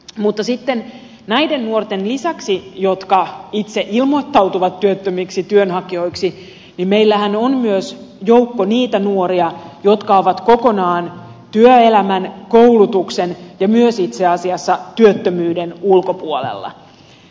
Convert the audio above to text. mutta sitten näiden nuorten lisäksi jotka itse ilmoittautuvat työttömiksi työnhakijoiksi meillähän on myös joukko niitä nuoria jotka ovat kokonaan työelämän koulutuksen ja myös itse asiassa työttömyyden ulkopuolella